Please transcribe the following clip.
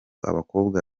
abakobwa